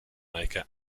maker